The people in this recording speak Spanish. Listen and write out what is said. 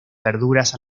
verduras